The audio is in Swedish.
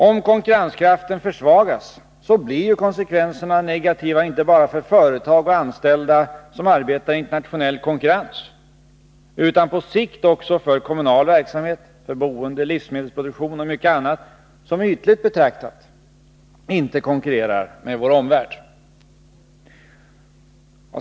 Om konkurrenskraften försvagas blir konsekvenserna negativa inte bara för företag och anställda som arbetar i internationell konkurrens, utan på sikt annat som ytligt betraktat inte konkurrerar med vår omvärld.